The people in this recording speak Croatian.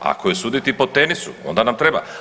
Ako je suditi po tenisu onda nam treba.